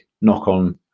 knock-on